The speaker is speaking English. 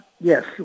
Yes